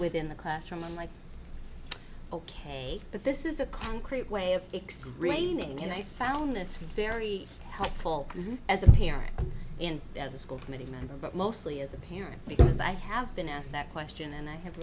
within the classroom like ok but this is a concrete way of explaining and i found this very helpful as a parent and as a school committee member but mostly as a parent because i have been asked that question and i have